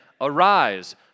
arise